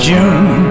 June